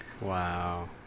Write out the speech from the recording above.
Wow